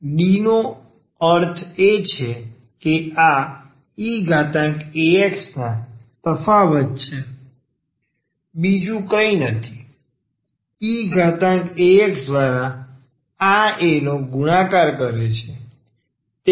તેથી D નો અર્થ એ છે કે આ eaxના તફાવત છે જે બીજું કંઈ નથી eaxદ્વારા આ a નો ગુણાકાર કરે છે